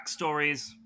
backstories